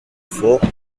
fort